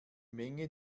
menge